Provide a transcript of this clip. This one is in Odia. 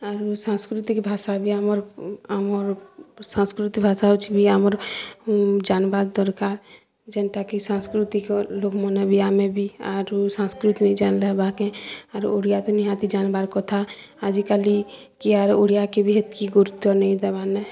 ଆରୁ ସାଂସ୍କୃତିକ୍ ଭାଷା ବି ଆମର୍ ଆମର୍ ସାଂସ୍କୃତିକ୍ ଭାଷା ହଉଛି ବି ଆମର୍ ଜାନ୍ବା ଦର୍କାର୍ ଯେନ୍ଟାକି ସାଂସ୍କୃତିକ୍ ଲୋକ୍ମାନେ ବି ଆମେ ବି ଆରୁ ସାଂସ୍କୃତି ନାଇଁ ଜାନ୍ଲେ ହେବା କେଁ ଆରୁ ଓଡ଼ିଆ ତ ନିହାତି ଜାନ୍ବାର୍ କଥା ଆଜି କାଲି କିଏ ଆରୁ ଓଡ଼ିଆକେ ବି ହେତ୍କି ଗୁରୁତ୍ୱ ନେଇଁ ଦେବାର୍ନେ